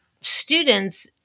students